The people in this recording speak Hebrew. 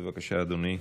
בבקשה, אדוני,